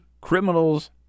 criminals